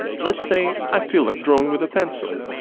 let's say, i feel like drawing with a pencil.